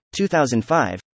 2005